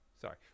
Sorry